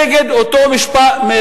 נגד אותו יישוב,